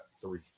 three